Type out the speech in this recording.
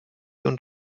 und